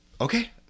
okay